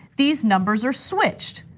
these numbers are switched.